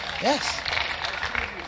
Yes